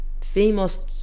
famous